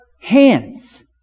hands